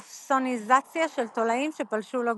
אופסוניזציה של תולעים שפלשו לגוף.